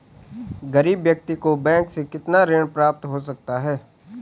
गरीब व्यक्ति को बैंक से कितना ऋण प्राप्त हो सकता है?